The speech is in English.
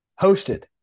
hosted